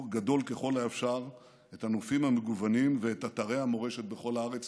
גדול ככל האפשר את הנופים המגוונים ואת אתרי המורשת בכל הארץ.